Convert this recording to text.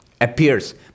appears